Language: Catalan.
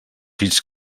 fills